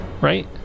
Right